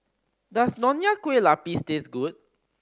does Nonya Kueh Lapis taste good